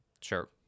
sure